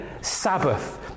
Sabbath